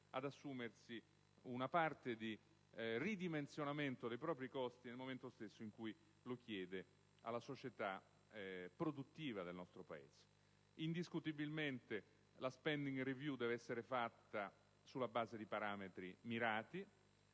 ad assumersi una parte di ridimensionamento dei propri costi nel momento stesso in cui lo chiede alla società produttiva del nostro Paese. Indiscutibilmente la *spending review* deve essere fatta sulla base di parametri mirati.